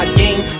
game